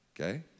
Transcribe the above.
okay